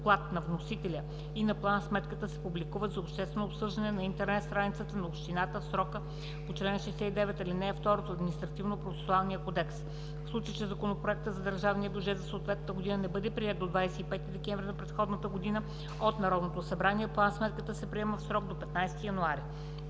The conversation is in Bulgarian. доклад на вносителя и на план-сметката се публикуват за обществено обсъждане на интернет страницата на общината в срока по чл. 69, ал. 2 от Административнопроцесуалния кодекс. В случай че Законопроектът за държавния бюджет за съответната година не бъде приет до 25 декември на предходната година от Народното събрание, план-сметката се приема в срок до 15-и януари;